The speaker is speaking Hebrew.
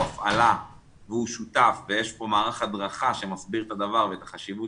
הפעלה והוא שותף ויש פה מערך הדרכה שמסביר את הדבר ואת החשיבות